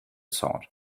sword